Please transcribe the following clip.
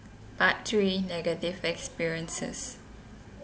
part three negative experiences